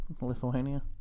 Lithuania